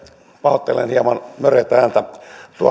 pahoittelen hieman möreätä ääntä